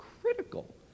critical